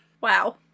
Wow